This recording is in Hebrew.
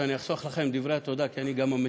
אני אחסוך לכם את דברי התודה, כי אני גם המציע.